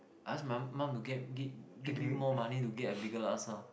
ask my mum to get give give me more money to get a bigger laksa